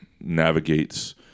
navigates